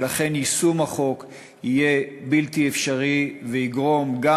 ולכן יישום החוק יהיה בלתי אפשרי ויגרום גם